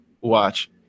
watch